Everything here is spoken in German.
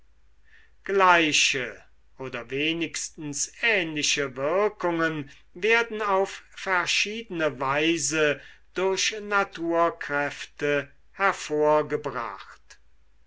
gleiche oder wenigstens ähnliche wirkungen werden auf verschiedene weise durch naturkräfte hervorgebracht